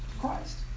Christ